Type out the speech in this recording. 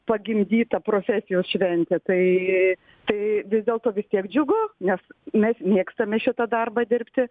pagimdyta profesijos šventė tai tai vis dėlto vis tiek džiugu nes mes mėgstame šitą darbą dirbti